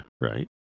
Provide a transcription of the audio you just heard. right